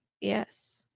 yes